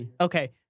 okay